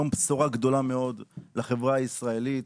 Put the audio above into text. יום בשורה גדולה מאוד לחברה הישראלית.